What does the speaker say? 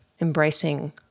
embracing